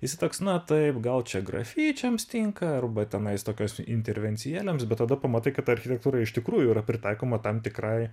jisai toks na taip gal čia grafičiams tinka arba tenais tokios intervencijėlėms bet tada pamatai kad ta architektūra iš tikrųjų yra pritaikoma tam tikrai